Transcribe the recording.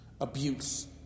abuse